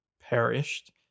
perished